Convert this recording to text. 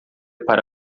para